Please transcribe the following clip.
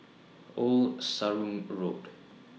Old Sarum Road